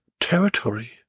territory